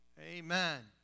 Amen